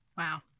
Wow